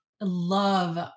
love